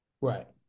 Right